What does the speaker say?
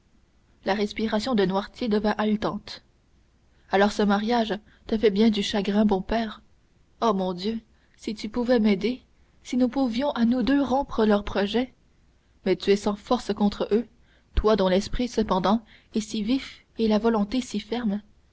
la respiration de noirtier devint haletante alors ce mariage te fait bien du chagrin bon père ô mon dieu si tu pouvais m'aider si nous pouvions à nous deux rompre leur projet mais tu es sans force contre eux toi dont l'esprit cependant est si vif et la volonté si ferme